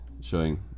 showing